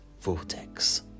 Vortex